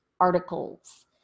articles